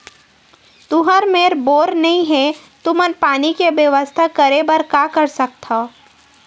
तुहर मेर बोर नइ हे तुमन पानी के बेवस्था करेबर का कर सकथव?